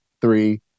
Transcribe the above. three